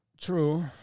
True